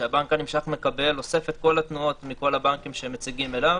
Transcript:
הבנק הנמשך אוסף את כל התנועות מכל הבנקים שמציגים אליו,